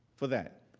for that.